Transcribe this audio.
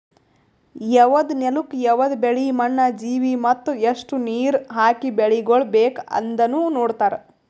ಯವದ್ ನೆಲುಕ್ ಯವದ್ ಬೆಳಿ, ಮಣ್ಣ, ಜೀವಿ ಮತ್ತ ಎಸ್ಟು ನೀರ ಹಾಕಿ ಬೆಳಿಗೊಳ್ ಬೇಕ್ ಅಂದನು ನೋಡತಾರ್